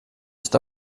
ist